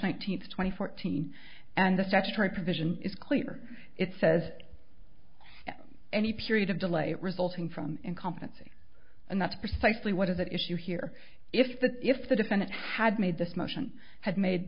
nineteenth twenty fourteen and the statutory provision is clear it says any period of delay resulting from incompetency and that's precisely what is that issue here if the if the defendant had made this motion had made